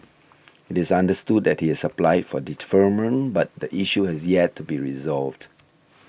it is understood that he has applied for deferment but the issue has yet to be resolved